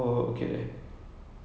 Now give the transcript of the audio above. so like err